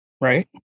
Right